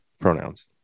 Pronouns